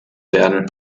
werden